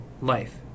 life